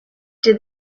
did